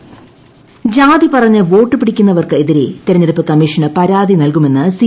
കോടിയേരി ജാതിപറഞ്ഞ് വോട്ടു വിടിക്കുന്നവർക്കെതിരെ തിരഞ്ഞെടുപ്പ് കമ്മീഷന് പരാതി നൽകുമെന്ന് സി